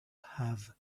have